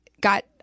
got